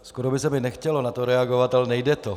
Skoro by se mi nechtělo na to reagovat, ale nejde to.